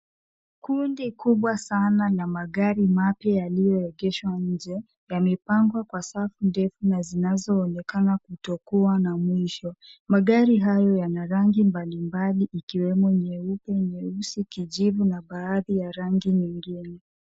Kundi kubwa sana la magari mapya yaliyoegeshwa nje, yamepangwa kwa safu ndefu na zinazoonekana kutokuwa na mwisho. Magari hayo yana rangi mbalimbali ikiwemo nyeupe, nyeusi, kijivu na baadhi ya rangi nyingine.